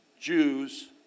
Jews